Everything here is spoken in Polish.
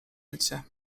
życie